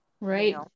Right